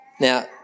Now